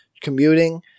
commuting